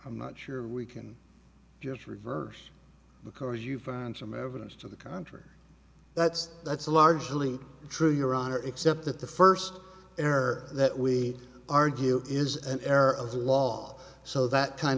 i'm not sure we can just reverse because you find some evidence to the contrary that's that's largely true your honor except that the first error that we argue is an error of law so that kind